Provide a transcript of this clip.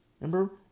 Remember